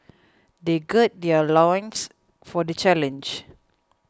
they gird their loins for the challenge